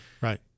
Right